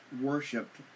worshipped